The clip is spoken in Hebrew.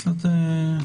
הייתי אומר קצת צפוף,